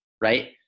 Right